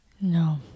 No